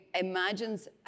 imagines